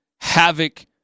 Havoc